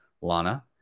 Lana